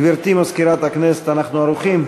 גברתי מזכירת הכנסת, אנחנו ערוכים?